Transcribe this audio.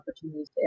opportunities